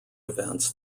events